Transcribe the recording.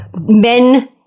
men